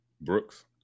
Brooks